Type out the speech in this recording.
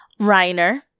Reiner